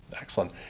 Excellent